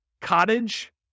Cottage